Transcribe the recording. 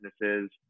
businesses